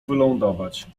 wylądować